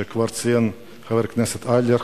שכבר ציין חבר הכנסת אייכלר.